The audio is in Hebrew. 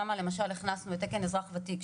שם למשל הכנסנו את תקן אזרח וותיק,